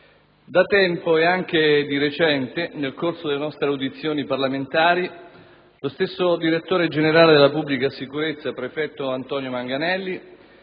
Da tempo e anche di recente, nel corso delle nostre audizioni parlamentari, lo stesso direttore generale della Pubblica sicurezza prefetto Antonio Manganelli